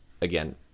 again